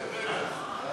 בעילה אסורה